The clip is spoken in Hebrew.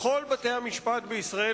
לכל בתי-המשפט בישראל,